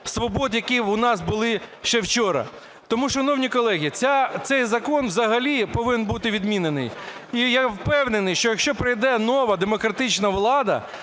свобод, які у нас були ще вчора. Тому, шановні колеги, цей закон взагалі повинен бути відмінений. І я впевнений, що якщо прийде нова демократична влада,